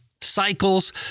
cycles